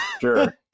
Sure